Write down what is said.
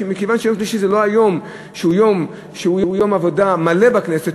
שמכיוון שיום שלישי הוא לא יום שהוא יום עבודה מלא בכנסת,